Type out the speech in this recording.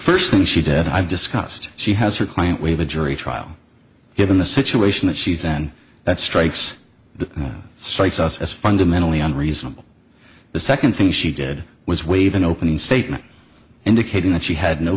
first thing she did i've discussed she has her client we have a jury trial given the situation that she's in that strikes that strikes us as fundamentally unreasonable the second thing she did was waive an opening statement indicating that she had no